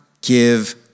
give